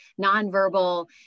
nonverbal